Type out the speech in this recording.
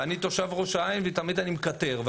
אני תושב ראש העין ותמיד אני מקטר.